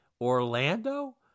Orlando